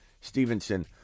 Stevenson